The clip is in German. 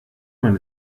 man